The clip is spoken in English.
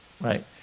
right